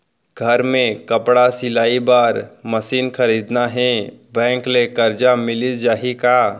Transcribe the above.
घर मे कपड़ा सिलाई बार मशीन खरीदना हे बैंक ले करजा मिलिस जाही का?